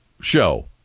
show